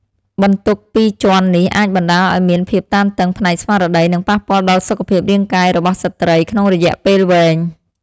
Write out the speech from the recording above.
បន្ទុកពីរជាន់នេះអាចបណ្តាលឱ្យមានភាពតានតឹងផ្នែកស្មារតី និងប៉ះពាល់ដល់សុខភាពរាងកាយរបស់ស្ត្រីក្នុងរយៈពេលវែង។